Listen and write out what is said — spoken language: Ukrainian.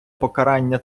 покарання